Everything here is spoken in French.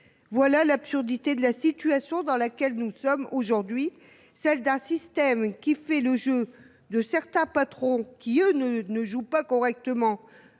Voilà l’absurdité de la situation dans laquelle nous sommes aujourd’hui, celle d’un système qui fait le jeu de certains patrons qui, eux, s’accommodent